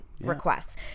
Requests